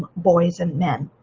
boys and men.